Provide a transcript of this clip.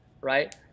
right